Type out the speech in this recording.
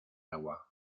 agua